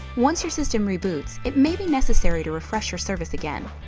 once your system reboots, it may be necessary to refresh your service again.